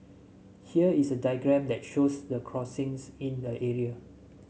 here is a diagram that shows the crossings in the area